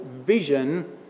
vision